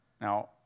Now